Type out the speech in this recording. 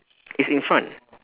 it's in front